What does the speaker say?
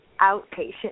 outpatient